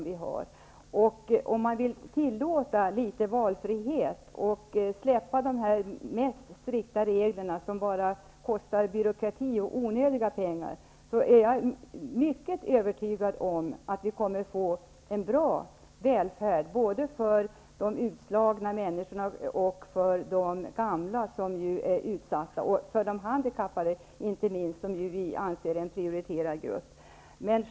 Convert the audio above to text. Vill man tillåta litet valfrihet och släppa efter på de mest strikta reglerna som bara innebär byråkrati och onödiga utgifter, är jag mycket övertygad om att vi kommer att få en bra välfärd både för de utslagna människorna och för de gamla som ju är utsatta, liksom inte minst för de handikappade som vi betraktar som en prioriterad grupp.